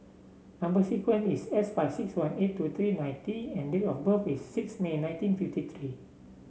number sequence is S five six one eight two three nine T and date of birth is six May nineteen fifty three